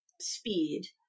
speed